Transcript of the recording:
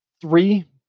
three